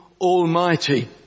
Almighty